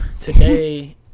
today